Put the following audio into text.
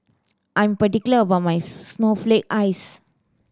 I'm particular about my snowflake ice